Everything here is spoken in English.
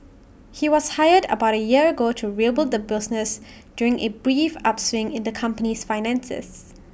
he was hired about A year ago to rebuild the business during A brief upswing in the company's finances